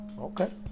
Okay